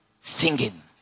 Singing